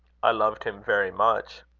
i loved him very much.